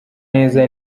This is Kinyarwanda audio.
neza